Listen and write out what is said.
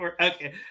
Okay